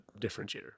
differentiator